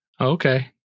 Okay